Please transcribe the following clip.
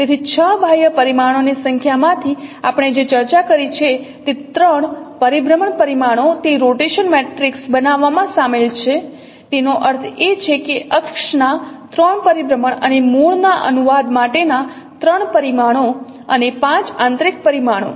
તેથી 6 બાહ્ય પરિમાણોની સંખ્યામાંથી આપણે જે ચર્ચા કરી છે તે 3 પરિભ્રમણ પરિમાણો તે રોટેશન મેટ્રિક્સ બનાવવામાં સામેલ છે તેનો અર્થ એ કે અક્ષના 3 પરિભ્રમણ અને મૂળ ના અનુવાદ માટેના 3 પરિમાણો અને 5 આંતરિક પરિમાણો